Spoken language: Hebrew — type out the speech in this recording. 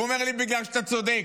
הוא אומר לי: בגלל שאתה צודק.